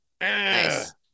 Nice